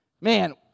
Man